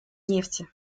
нефти